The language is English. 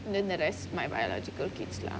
then the rest my biological kids lah